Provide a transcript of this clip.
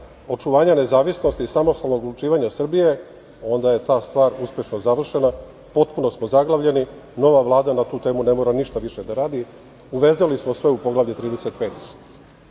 očuvanja nezavisnosti i samostalnog odlučivanja Srbije, onda je ta stvar uspešno završena, potpuno smo zaglavljeni, nova Vlada na tu temu ne mora više ništa da radi, uvezali smo sve u Poglavlje